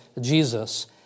Jesus